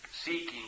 seeking